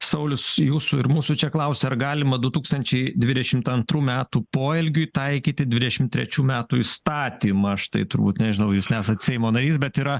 saulius jūsų ir mūsų čia klausia ar galima du tūkstančiai dvidešimt antrų metų poelgiui taikyti dvidešim trečių metų įstatymą aš tai turbūt nežinau jūs nesat seimo narys bet yra